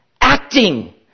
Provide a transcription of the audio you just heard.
acting